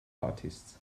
artists